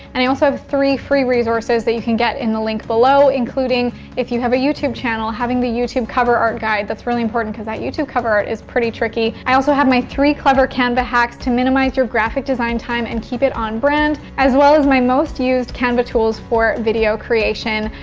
and i also have three free resources that you can get in the link below, including if you have a youtube channel, having the youtube cover art guide. that's really important cause that youtube cover art is pretty tricky. i also have my three clever canva hacks to minimize your graphic design time and keep it on brand. as well as my most used canva tools for video creation.